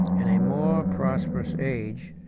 in a more prosperous age,